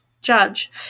Judge